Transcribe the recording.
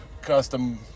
custom